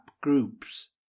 groups